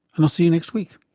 and i'll see you next week